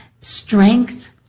strength